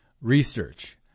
Research